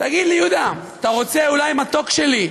תגיד לי, יהודה, אתה רוצה אולי, מתוק שלי,